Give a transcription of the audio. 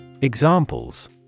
Examples